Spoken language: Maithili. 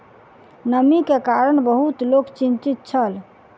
नमी के कारण बहुत लोक चिंतित छल